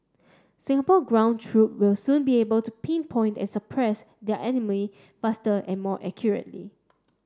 Singapore ground troop will soon be able to pinpoint and suppress their enemy faster and more accurately